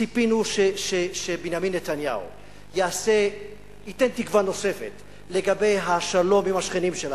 ציפינו שבנימין נתניהו ייתן תקווה נוספת לגבי השלום עם השכנים שלנו.